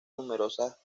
numerosas